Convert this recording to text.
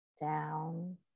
down